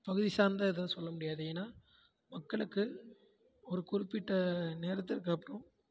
பகுதி சார்ந்த இதுன்னு சொல்ல முடியாது ஏன்னா மக்களுக்கு ஒரு குறிப்பிட்ட நேரத்துக்கு அப்றம்